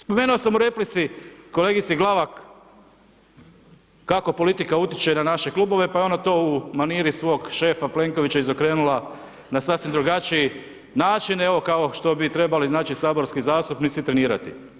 Spomenuo sam u replici, kolegici Glavak, kako politika utječe na naše klubove, pa je ona to u maniri svog šefa Plenkovića izokrenula na sasvim drugačiji način, evo, kao što bi trebali saborski zastupnici trenirati.